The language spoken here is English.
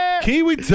Kiwi